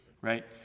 right